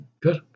Good